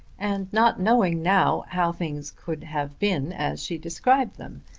and not knowing now how things could have been as she described them.